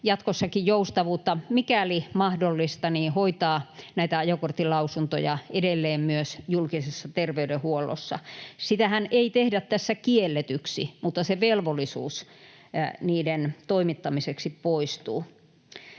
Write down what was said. jatkossakin joustavuutta, mikäli mahdollista, hoitaa näitä ajokorttilausuntoja edelleen myös julkisessa terveydenhuollossa. Sitähän ei tehdä tässä kielletyksi, mutta se velvollisuus niiden toimittamiseksi poistuu.